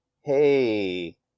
Hey